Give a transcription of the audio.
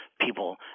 people